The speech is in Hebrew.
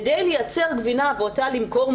כדי לייצר גבינה ואותה למכור,